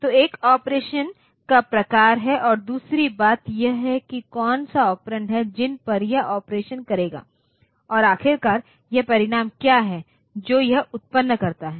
तो एक ऑपरेशन का प्रकार है और दूसरी बात यह है कि कौन से ऑपरेंड हैं जिन पर यह ऑपरेशन करेगा और आखिरकार यह परिणाम क्या है जो यह उत्तपन करता है